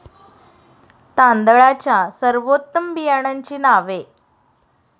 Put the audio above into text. तांदळाच्या सर्वोत्तम बियाण्यांची नावे?